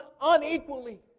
unequally